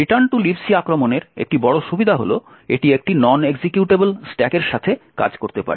return to lib C আক্রমণের একটি বড় সুবিধা হল এটি একটি নন এক্সিকিউটেবল স্ট্যাকের সাথে কাজ করতে পারে